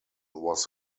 was